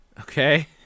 Okay